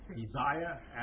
desire